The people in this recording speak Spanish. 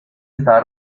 estaba